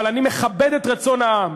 אבל אני מכבד את רצון העם,